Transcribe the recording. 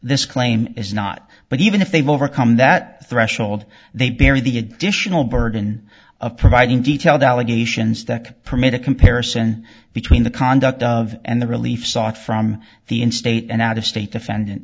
this claim is not but even if they've overcome that threshold they bear the additional burden of providing detailed allegations that permit a comparison between the conduct of and the relief sought from the in state and out of state defendant